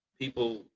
people